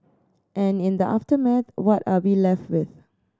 and in the aftermath what are we left with